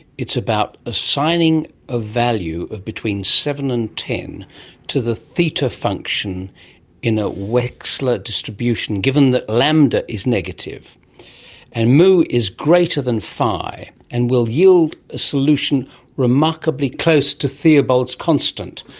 it's about assigning a value of between seven and ten to the theta function in a wexler distribution, given that lambda is negative and moo is greater than phi and will yield a solution remarkably close to theobold's constant.